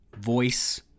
voice